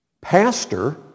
pastor